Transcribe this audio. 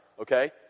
okay